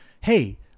hey